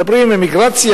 הם מדברים על אימיגרציה,